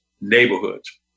neighborhoods